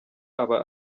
aba